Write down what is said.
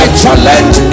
challenge